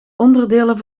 onderdelen